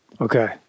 Okay